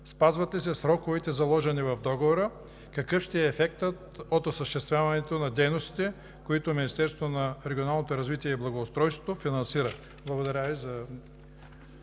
спазват ли се сроковете, заложени в договора; какъв ще е ефектът от осъществяването на дейностите, които Министерството на регионалното развитие и благоустройството финансира? Благодаря Ви за